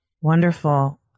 Wonderful